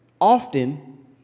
often